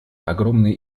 огромные